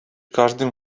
każdym